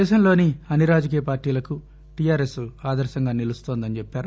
దేశంలోని అన్ని రాజకీయ పార్టీలకు టీఆర్ఎస్ ఆదర్శంగా నిలుస్తోందని చెప్పారు